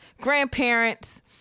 grandparents